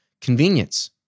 Convenience